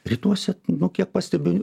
rytuose nu kiek pastebiu